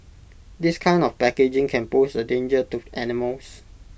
this kind of packaging can pose A danger to animals